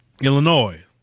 Illinois